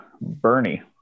Bernie